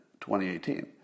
2018